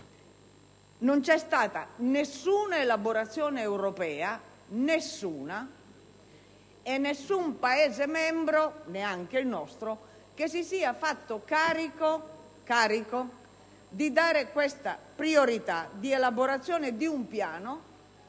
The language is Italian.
non c'è stata nessuna elaborazione europea e nessun Paese membro, neanche il nostro, si è fatto carico di dare questa priorità di elaborazione rispetto